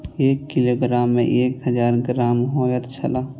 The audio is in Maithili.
एक किलोग्राम में एक हजार ग्राम होयत छला